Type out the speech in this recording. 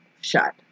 shot